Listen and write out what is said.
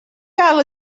gael